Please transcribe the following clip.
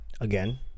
again